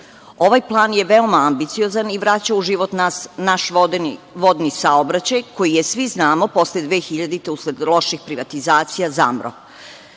plan je veoma ambiciozan i vraća u život naš vodni saobraćaj koji je, svi znamo, posle 2000. godine, usled loših privatizacija,